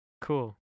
Cool